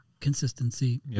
Consistency